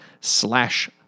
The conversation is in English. slash